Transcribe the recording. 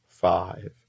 Five